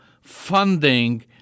funding